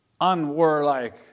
unwarlike